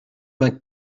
vingt